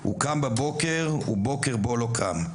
/ הוא קם בבוקר, ובוקר בו לא קם.